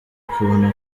kubona